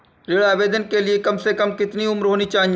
ऋण आवेदन के लिए कम से कम कितनी उम्र होनी चाहिए?